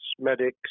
medics